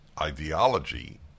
ideology